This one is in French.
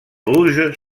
rouges